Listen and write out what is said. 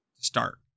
Start